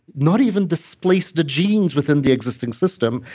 not even displace the genes within the existing system,